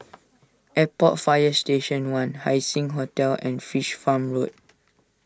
Airport Fire Station one Haising Hotel and Fish Farm Road